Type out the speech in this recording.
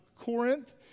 Corinth